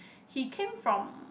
he came from